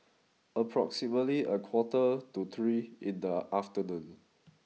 approximately a quarter to three in the afternoon